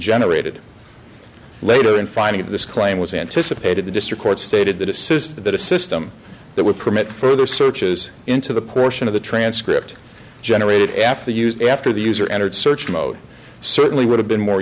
generated later in finding this claim was anticipated the district court stated that it says that a system that would permit further searches into the portion of the transcript generated after the use after the user entered search mode certainly would have been more